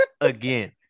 again